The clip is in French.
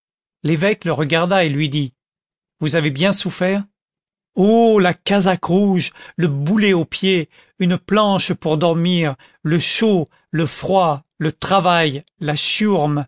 l'évêque le regarda et lui dit vous avez bien souffert oh la casaque rouge le boulet au pied une planche pour dormir le chaud le froid le travail la